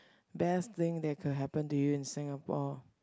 best thing that could happen to you in Singapore